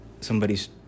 somebody's